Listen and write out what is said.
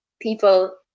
people